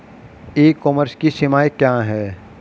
ई commerce की सीमाएं क्या हैं?